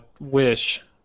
wish